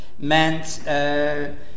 meant